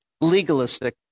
legalistic